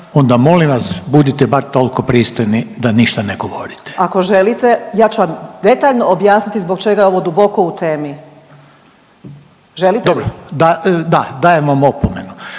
onda molim vas budite bar toliko pristojni da ništa ne govorite. …/Upadica Karolina Vidović Krišto: Ako želite ja ću vam detaljno objasniti zbog čega je ovo duboko u temi. Želite li?/… Dobro, da, dajem vam opomenu.